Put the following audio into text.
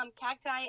cacti